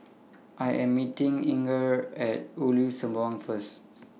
I Am meeting Inger At Ulu Sembawang First